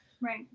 Right